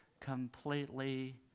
completely